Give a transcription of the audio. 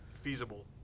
feasible